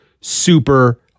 super